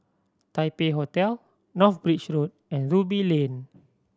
Taipei Hotel North Bridge Road and Ruby Lane